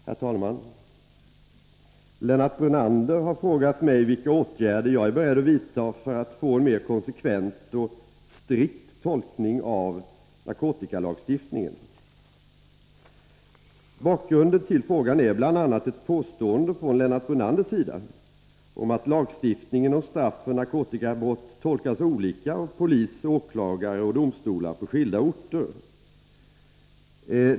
Herr talman! Lennart Brunander har frågat mig vilka åtgärder jag är beredd att vidta för att få en mer konsekvent och strikt tolkning av narkotikalagstiftningen. Bakgrunden till frågan är bl.a. ett påstående från Lennart Brunanders sida om att lagstiftningen om straff för narkotikabrott tolkas olika av polis, åklagare och domstolar på skilda orter.